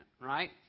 Right